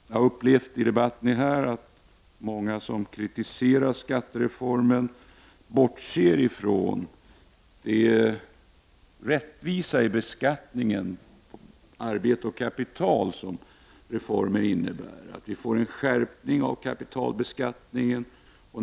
Många som i dagens debatt har kritiserat skattereformen bortser ifrån det rättvisa i den beskattningen av arbete och kapital som reformen innebär genom att kapitalbeskattningen skärps.